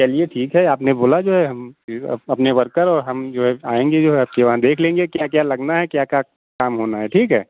चलिए ठीक है आपने बोला जो है हम फिर अपने वर्कर और हम जो है आएँगे जो है आपके वहाँ देख लेंगे क्या क्या लगना है क्या क्या काम होना है ठीक है